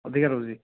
ଅଧିକା ଦେଉଛି